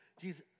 Jesus